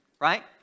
right